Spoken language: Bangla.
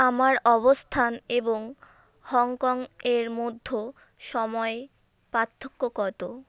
আমার অবস্থান এবং হংকং এর মধ্য সময়ে পার্থক্য কত